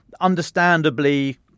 understandably